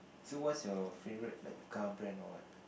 so what's your favourite like car brand or what